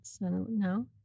No